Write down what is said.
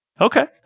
Okay